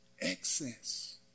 excess